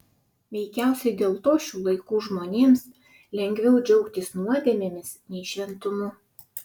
veikiausiai dėl to šių laikų žmonėms lengviau džiaugtis nuodėmėmis nei šventumu